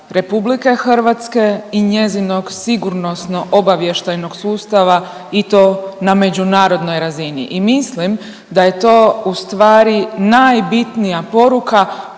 i ugleda RH i njezinog Sigurnosno-obavještajnog sustava i to na međunarodnoj razini i mislim da je to ustvari najbitnija poruka